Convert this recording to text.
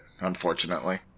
unfortunately